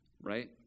Right